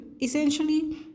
essentially